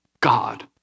God